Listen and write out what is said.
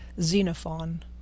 Xenophon